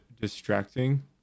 distracting